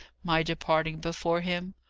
my departing before him.